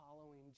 following